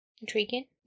Intriguing